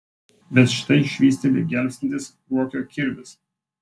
bet štai švysteli gelbstintis ruokio kirvis